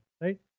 right